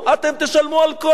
אתם תשלמו על כל זה,